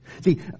See